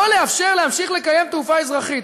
לא לאפשר להמשיך לקיים תעופה אזרחית,